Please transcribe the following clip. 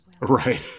Right